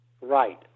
Right